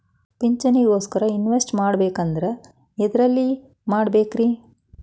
ಪಿಂಚಣಿ ಗೋಸ್ಕರ ಇನ್ವೆಸ್ಟ್ ಮಾಡಬೇಕಂದ್ರ ಎದರಲ್ಲಿ ಮಾಡ್ಬೇಕ್ರಿ?